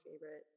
favorite